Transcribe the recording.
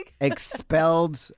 expelled